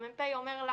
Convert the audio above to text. המ"פ שלי,